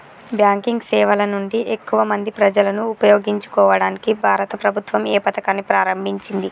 Banking సేవల నుండి ఎక్కువ మంది ప్రజలను ఉపయోగించుకోవడానికి భారత ప్రభుత్వం ఏ పథకాన్ని ప్రారంభించింది?